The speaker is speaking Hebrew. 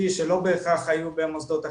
מה אין, אדוני?